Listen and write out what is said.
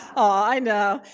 i know.